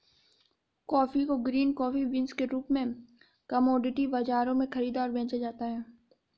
coffee को green coffee beans के रूप में कॉमोडिटी बाजारों में खरीदा और बेचा जाता है